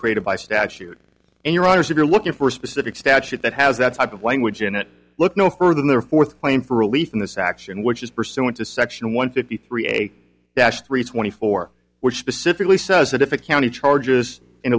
created by statute in your honour's you're looking for a specific statute that has that type of language in it look no further than their fourth claim for relief in this action which is pursuant to section one fifty three a dash three twenty four which specifically says that if a county charges